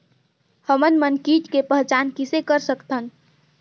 हमन मन कीट के पहचान किसे कर सकथन?